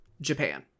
Japan